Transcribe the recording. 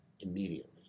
immediately